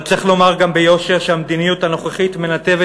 אבל צריך לומר גם ביושר שהמדיניות הנוכחית מנתבת